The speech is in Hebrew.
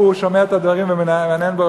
הוא שומע את הדברים והוא מהנהן בראשו.